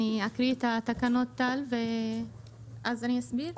אקרא את התקנות ולאחר מכן אסביר.